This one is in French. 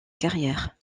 carrière